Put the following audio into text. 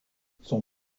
son